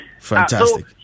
Fantastic